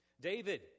David